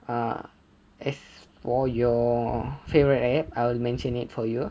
ah as for your favourite app I will mention it for you